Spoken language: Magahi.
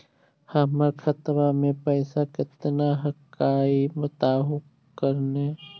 हमर खतवा में पैसा कितना हकाई बताहो करने?